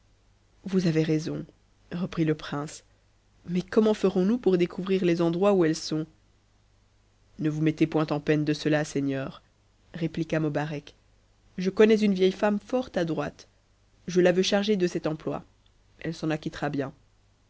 vous avez raison reprit le prince mais comment erons noas pour découvrir les endroits ou elles sont ne vous mettez point en peine de cela seigneur répliqua mobarec je connais une vieille femme fort adroite je la veux charger de cet emploi elle s'en acquittera bien